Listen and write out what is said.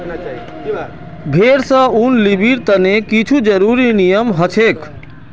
भेड़ स ऊन लीबिर तने कुछू ज़रुरी नियम हछेक